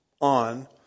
on